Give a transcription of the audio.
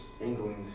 England